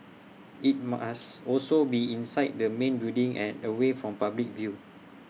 IT must also be inside the main building and away from public view